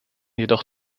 jedoch